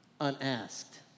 unasked